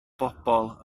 bobol